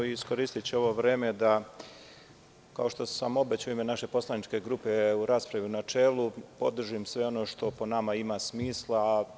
Iskoristiću ovo vreme da, kao što sam i obećao, u ime naše poslaničke grupe, u raspravi u načelu, podržim sve ono što po nama ima smisla.